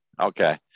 Okay